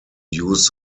use